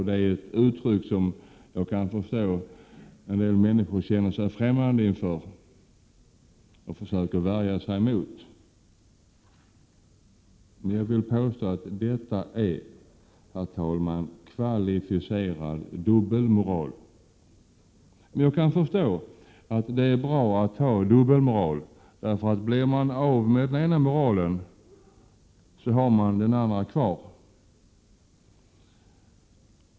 Det är ett uttryck som jag kan förstå att en del människor känner sig främmande inför och försöker värja sig mot. Jag vill påstå att detta är kvalificerad dubbelmoral. Jag kan förstå att det är bra att ha dubbelmoral. Blir man av med den ena moralen, har man den andra kvar.